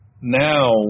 now